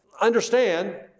understand